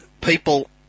people